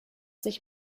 sich